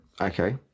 Okay